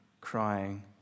crying